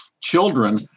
children